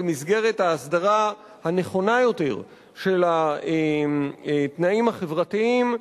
במסגרת ההסדרה הנכונה יותר של התנאים החברתיים,